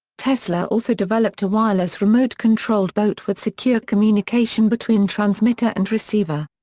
tesla also developed a wireless remote controlled boat with secure communication between transmitter and receiver.